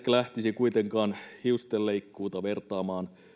lähtisi kuitenkaan hiustenleikkuuta vertaamaan